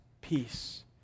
peace